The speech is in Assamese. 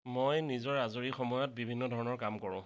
মই নিজৰ আজৰি সময়ত বিভিন্ন ধৰণৰ কাম কৰোঁ